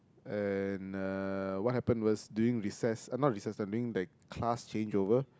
and uh what happenned was during recess uh not recess time during the class change over